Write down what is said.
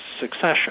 succession